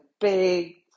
big